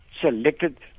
selected